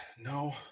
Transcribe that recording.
no